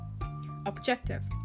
objective